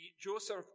Joseph